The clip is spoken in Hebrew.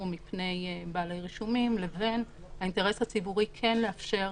מפני בעלי רישומים לבין האינטרס הציבורי לאפשר